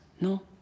no